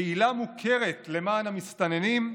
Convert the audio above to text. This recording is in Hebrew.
פעילה מוכרת למען המסתננים,